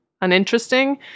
uninteresting